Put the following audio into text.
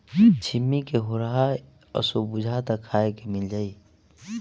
छिम्मी के होरहा असो बुझाता खाए के मिल जाई